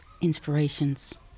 inspirations